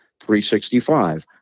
365